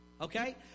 Okay